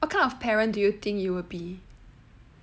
what kind of parent do you think you will be